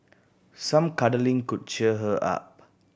some cuddling could cheer her up